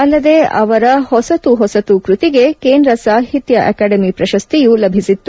ಅಲ್ಲದೇ ಅವರ ಹೊಸತು ಹೊಸತು ಕ್ಷತಿಗೆ ಕೇಂದ್ರ ಸಾಹಿತಿ ಅಕಾಡೆಮಿ ಪ್ರಶಸ್ತಿಯೂ ಲಭಿಸಿತ್ತು